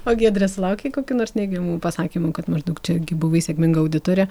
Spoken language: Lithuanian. o giedre sulaukei kokių nors neigiamų pasakymų kad maždaug čia gi buvai sėkminga auditore